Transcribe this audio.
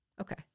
Okay